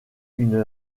une